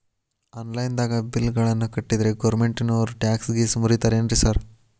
Online ದಾಗ bill ಗಳನ್ನಾ ಕಟ್ಟದ್ರೆ ಗೋರ್ಮೆಂಟಿನೋರ್ ಟ್ಯಾಕ್ಸ್ ಗೇಸ್ ಮುರೇತಾರೆನ್ರಿ ಸಾರ್?